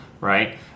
right